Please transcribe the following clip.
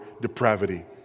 depravity